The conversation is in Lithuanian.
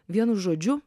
vienu žodžiu